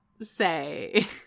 say